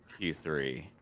Q3